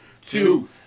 two